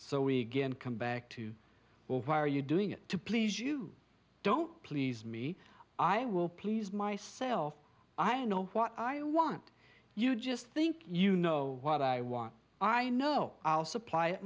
so we again come back to well why are you doing it to please you don't please me i will please myself i know what i want you just think you know what i want i know i'll supply